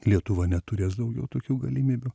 lietuva neturės daugiau tokių galimybių